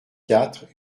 quatre